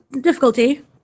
Difficulty